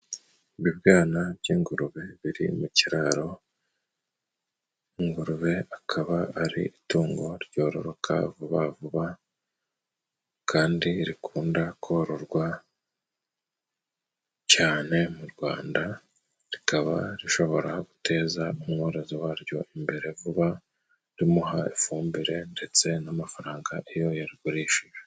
Ibibwana by'ingurube biri mu kiraro. Ingurube akaba ari itungo ryororoka vuba vuba kandi rikunda kororwa cyane mu Rwanda. Rikaba rishobora guteza umworozi waryo imbere vuba rimuha ifumbire, ndetse n'amafaranga iyo yarugurishije,